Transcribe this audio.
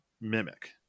mimic